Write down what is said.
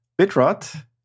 Bitrot